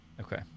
Okay